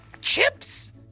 Chips